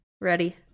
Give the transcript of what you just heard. Ready